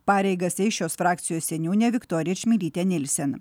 pareigas eis šios frakcijos seniūnė viktorija čmilytė nilsen